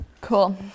Cool